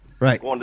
Right